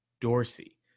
Dorsey